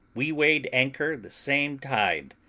we weighed anchor the same tide,